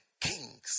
Kings